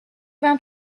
vingt